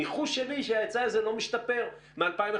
ניחוש שלי, שההיצע הזה לא משתפר מ-2011,